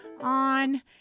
on